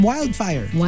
Wildfire